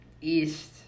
East